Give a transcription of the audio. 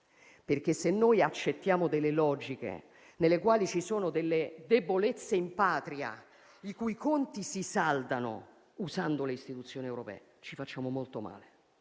perché se noi accettiamo delle logiche nelle quali ci sono delle debolezze in patria, i cui conti si saldano usando le istituzioni europee, ci facciamo molto male,